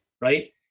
right